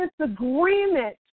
disagreement